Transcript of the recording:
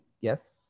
yes